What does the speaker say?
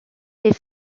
les